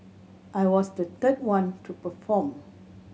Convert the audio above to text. I was the third one to perform